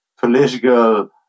political